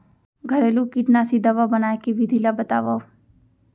घरेलू कीटनाशी दवा बनाए के विधि ला बतावव?